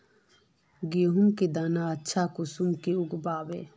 गेहूँर दाना अच्छा कुंसम के उगबे?